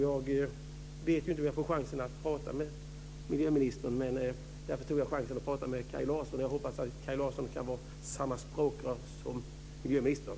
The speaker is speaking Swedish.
Jag vet inte om jag får chansen att prata med miljöministern, och jag har därför tagit tillfället att tala med Kaj Larsson i stället. Jag hoppas att Kaj Larsson kan fungera som språkrör för miljöministern.